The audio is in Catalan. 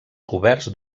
coberts